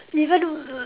even err err